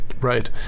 Right